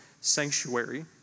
sanctuary